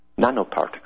nanoparticles